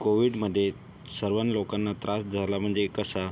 कोव्हिडमध्ये सर्वान् लोकांना त्रास झाला म्हणजे कसा